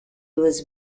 was